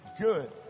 Good